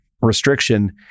restriction